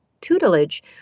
tutelage